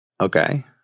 Okay